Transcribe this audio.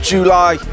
July